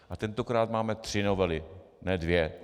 A tentokrát máme tři novely, ne dvě.